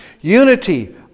Unity